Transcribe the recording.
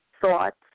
thoughts